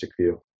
view